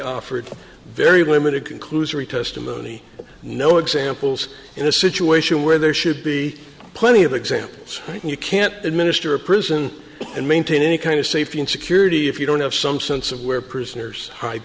offered very limited conclusory testimony no examples in a situation where there should be plenty of examples and you can't administer a prison and maintain any kind of safety and security if you don't have some sense of where prisoners hide